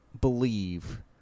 believe